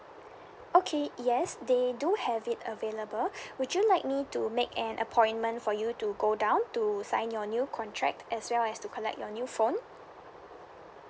okay yes they do have it available would you like me to make an appointment for you to go down to sign your new contract as well as to collect your new phone